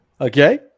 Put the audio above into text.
Okay